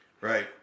Right